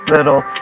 Little